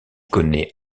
connaît